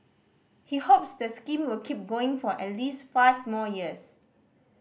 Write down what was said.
he hopes the scheme will keep going for at least five more years